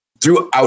throughout